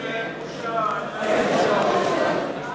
החלטה לא מוסרית, ההחלטה הזאת.